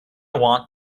want